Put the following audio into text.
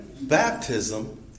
baptism